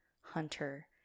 hunter